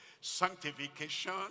Sanctification